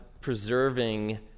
preserving